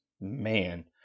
man